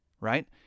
right